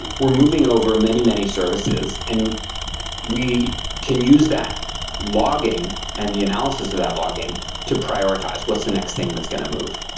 we're moving over many, many services and we can use that logging and the analysis of that logging to prioritize what's the next thing that's going to move.